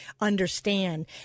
understand